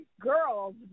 girls